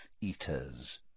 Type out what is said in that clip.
Eaters